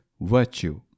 Virtue